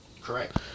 Correct